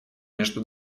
между